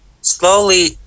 slowly